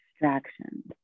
distractions